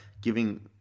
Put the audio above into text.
giving